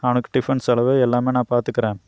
அவனுக்கு டிஃபன் செலவு எல்லாமே நான் பார்த்துக்கறேன்